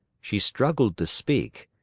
she struggled to speak,